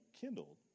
kindled